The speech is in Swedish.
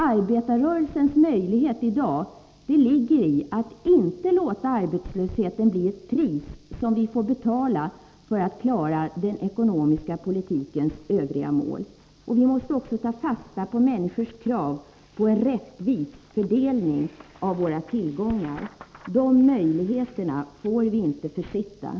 Arbetarrörelsens möjlighet i dag ligger i att inte låta arbetslösheten bli ett pris som vi får betala för att klara den ekonomiska politikens övriga mål. Vi måste också ta fasta på människors krav på en rättvis fördelning av våra tillgångar. Dessa möjligheter får inte försittas.